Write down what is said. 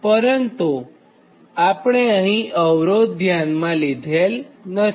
પરંતુ અહીંઅવરોધ ધ્યાનમાં લીધેલ નથી